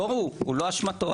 לא הוא, לא אשמתו.